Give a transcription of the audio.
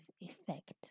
effect